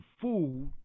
food